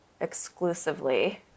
exclusively